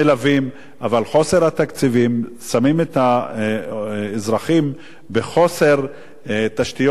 אבל חוסר התקציבים שם את האזרחים בחוסר תשתיות בסיסי,